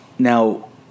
Now